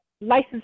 license